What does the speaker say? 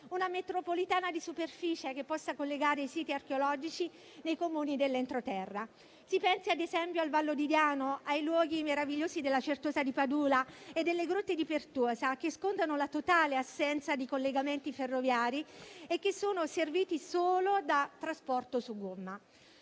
una metropolitana di superficie che possa collegare i siti archeologici dei Comuni dell'entroterra. Si pensi, ad esempio, al Vallo di Diano o ai luoghi meravigliosi della certosa di Padula e delle grotte di Pertosa, che scontano la totale assenza di collegamenti ferroviari e che sono serviti solo da trasporto su gomma.